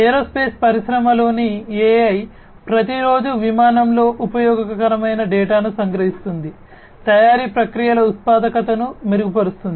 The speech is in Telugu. ఏరోస్పేస్ పరిశ్రమలోని AI ప్రతి రోజు విమానంలో ఉపయోగకరమైన డేటాను సంగ్రహిస్తుంది తయారీ ప్రక్రియల ఉత్పాదకతను మెరుగుపరుస్తుంది